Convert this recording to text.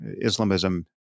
Islamism